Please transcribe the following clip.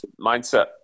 mindset